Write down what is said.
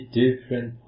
different